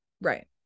right